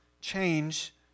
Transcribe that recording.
change